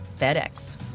FedEx